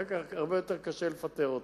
ואחר כך הרבה יותר קשה לפטר אותו.